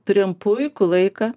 turėjom puikų laiką